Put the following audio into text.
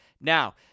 Now